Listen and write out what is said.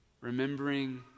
Remembering